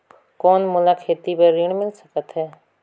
कौन मोला खेती बर ऋण मिल सकत है?